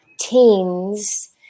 teens